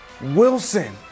Wilson